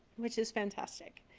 which is fantastic.